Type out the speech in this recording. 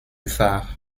phare